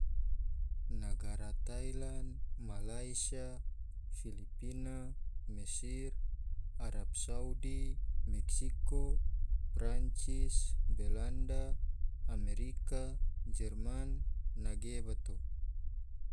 Nagara thailand, malaysia, filipina, mesir, arab saudi, meksiko, prancis, belanda, amerika, jerman nage bato.